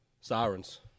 Sirens